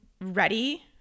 ready